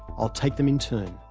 i'll take them in turn.